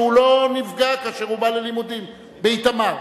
שהוא לא נפגע כאשר הוא בא ללימודים באיתמר.